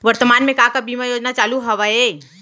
वर्तमान में का का बीमा योजना चालू हवये